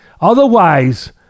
Otherwise